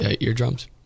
Eardrums